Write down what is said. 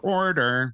order